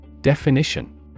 Definition